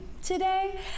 today